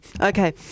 Okay